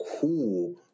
cool